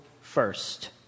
first